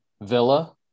villa